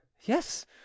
Yes